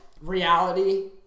reality